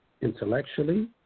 intellectually